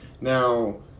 Now